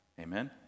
Amen